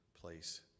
place